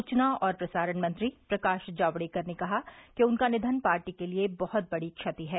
सूचना और प्रसारण मंत्री प्रकाश जावड़ेकर ने कहा कि उनका निघन पार्टी के लिए बहुत बड़ी क्षति है